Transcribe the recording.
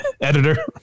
editor